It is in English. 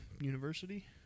University